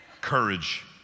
courage